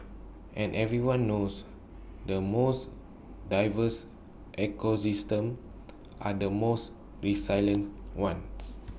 and everyone knows the most diverse ecosystem are the most re silent ones